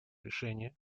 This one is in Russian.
решения